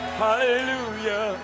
Hallelujah